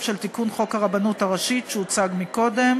של תיקון חוק הרבנות הראשית שהוצג מקודם